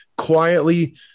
quietly